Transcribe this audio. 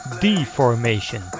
Deformation